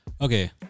okay